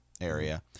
area